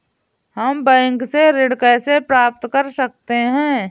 हम बैंक से ऋण कैसे प्राप्त कर सकते हैं?